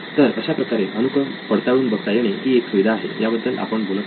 तर अशाप्रकारे अनुक्रम पडताळून बघता येणे ही एक सुविधा आहे याबद्दल आपण बोलत आहोत